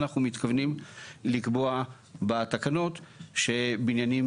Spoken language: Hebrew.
אנחנו מתכוונים לקבוע בתקנות שבניינים